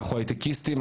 אנחנו הייטקיסטים,